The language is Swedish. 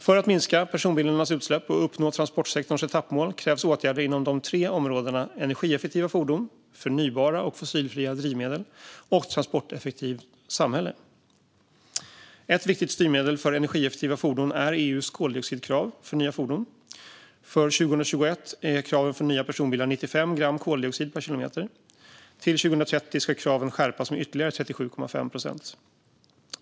För att minska personbilarnas utsläpp och uppnå transportsektorns etappmål krävs åtgärder inom de tre områdena energieffektiva fordon, förnybara och fossilfria drivmedel och transporteffektivt samhälle. Ett viktigt styrmedel för energieffektiva fordon är EU:s koldioxidkrav för nya fordon. För 2021 är kraven för nya personbilar 95 gram koldioxid per kilometer. Till 2030 ska kraven skärpas med ytterligare 37,5 procent.